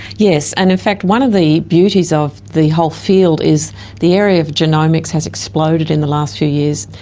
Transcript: yes, and in fact one of the beauties of the whole field is the area of genomics has exploded in the last few years.